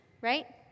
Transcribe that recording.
right